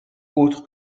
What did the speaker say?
autre